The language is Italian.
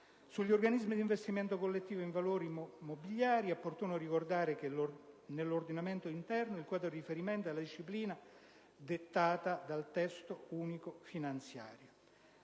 Sugli organismi d'investimento collettivo in valori mobiliari, è opportuno ricordare che, nell'ordinamento interno, il quadro di riferimento in materia è la disciplina dettata dal Testo unico delle